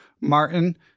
Martin